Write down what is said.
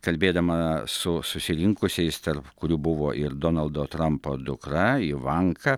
kalbėdama su susirinkusiais tarp kurių buvo ir donaldo trampo dukra ivanka